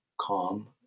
calm